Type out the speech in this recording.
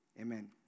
amen